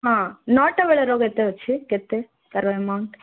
ହଁ ନଅଟା ବେଳର ଗୋଟେ ଅଛି କେତେ ତା'ର ଏମାଉଣ୍ଟ